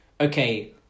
okay